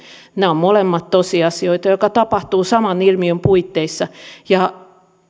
nämä ovat molemmat tosiasioita jotka tapahtuvat saman ilmiön puitteissa